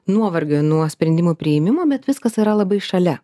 nuovargio nuo sprendimų priėmimo bet viskas yra labai šalia